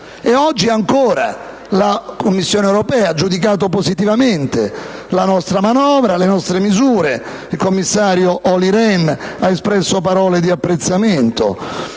oggi la Commissione europea ha giudicato positivamente la nostra manovra, le nostre misure. Il commissario Olli Rehn ha espresso parole di apprezzamento.